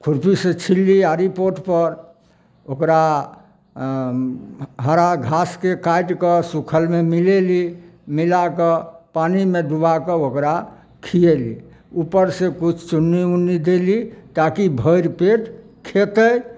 खुरपी से छिलली आड़ि पोट पर ओकरा हरा घासके काटिकऽ सुक्खलमे मिलेली मिलाकऽ पानीमे डुबाकऽ ओकरा खियैली उपर से किछु चुन्नी उन्नी देली ताकि भरि पेट खेतै